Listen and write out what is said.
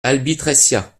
albitreccia